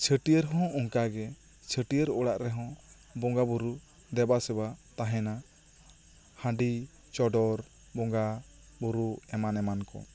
ᱪᱷᱟᱹᱴᱭᱟ ᱨ ᱦᱚᱸ ᱚᱱᱠᱟ ᱜᱮ ᱪᱷᱟᱹᱴᱭᱟ ᱨ ᱚᱲᱟᱜ ᱨᱮᱦᱚᱸ ᱵᱚᱸᱜᱟ ᱵᱳᱨᱳ ᱫᱮᱵᱟᱥᱮᱵᱟ ᱛᱟᱦᱮᱱᱟ ᱦᱟᱺᱰᱤ ᱪᱚᱰᱚᱨ ᱵᱚᱸᱜᱟ ᱵᱳᱨᱳ ᱮᱢᱟᱱ ᱮᱢᱟᱱ ᱠᱚ